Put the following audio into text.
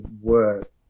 work